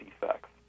defects